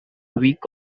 week